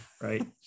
right